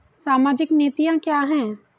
सामाजिक नीतियाँ क्या हैं?